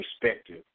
perspective